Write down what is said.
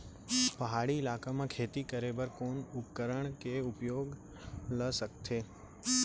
पहाड़ी इलाका म खेती करें बर कोन उपकरण के उपयोग ल सकथे?